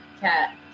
cat